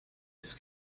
his